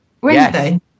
Wednesday